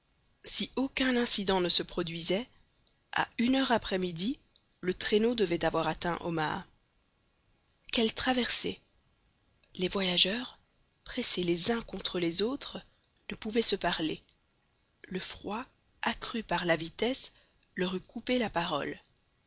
si aucun incident ne se produisait à une heure après midi le traîneau devait avoir atteint omaha quelle traversée les voyageurs pressés les uns contre les autres ne pouvaient se parler le froid accru par la vitesse leur eût coupé la parole